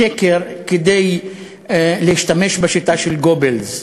בשקר, כדי להשתמש בשיטה של גבלס.